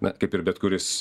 na kaip ir bet kuris